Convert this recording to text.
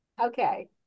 Okay